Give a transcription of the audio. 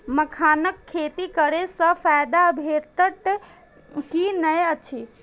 मखानक खेती करे स फायदा भेटत की नै अछि?